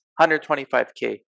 125K